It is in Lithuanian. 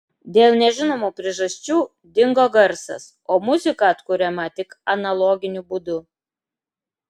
dėl nežinomų priežasčių dingo garsas o muzika atkuriama tik analoginiu būdu